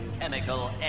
Chemical